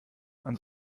ans